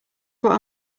what